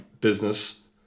business